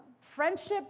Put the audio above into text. Friendship